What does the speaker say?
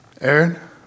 Aaron